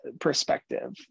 perspective